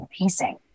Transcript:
amazing